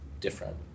different